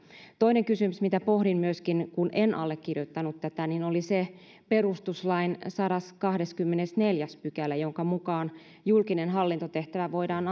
toinen kysymys mitä pohdin myöskin kun en allekirjoittanut tätä oli perustuslain sadaskahdeskymmenesneljäs pykälä jonka mukaan julkinen hallintotehtävä voidaan